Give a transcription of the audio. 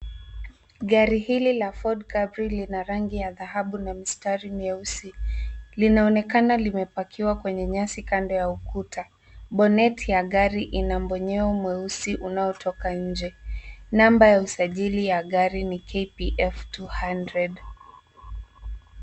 Gari hili la ford capril lina rangi ya dhahabu na mistari mieusi, linaonekana limepakiwa kwenye nyasi kando ya ukuta boneti ya gari inambonyeo nyeusi unaotoka nje namba ya usajili ya gari ni KPF 200.